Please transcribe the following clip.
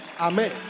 Amen